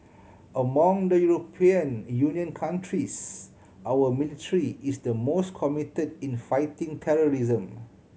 among the European Union countries our military is the most committed in fighting terrorism